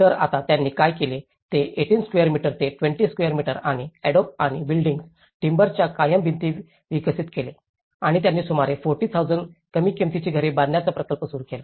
तर आता त्यांनी काय केले ते 18 स्वेअर मीटर ते 20 स्वेअर मीटर आणि अडोब आणि बिल्डींग्स टिम्बर च्या कायम भिंती विकसित केले आणि त्यांनी सुमारे 40000 कमी किंमतीची घरे बांधण्याचा प्रकल्प सुरू केला